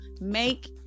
make